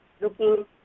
looking